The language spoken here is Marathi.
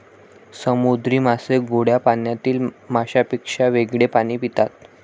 समुद्री मासे गोड्या पाण्यातील माशांपेक्षा वेगळे पाणी पितात